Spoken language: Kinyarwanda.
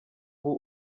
ubu